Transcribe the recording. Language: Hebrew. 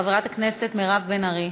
חברת הכנסת מירב בן ארי.